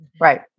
Right